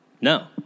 No